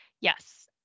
Yes